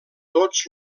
tots